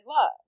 love